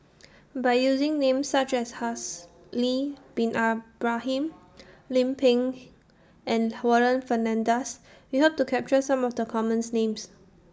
By using Names such as Haslir Bin Ibrahim Lim Pin and Warren Fernandez We Hope to capture Some of The commons Names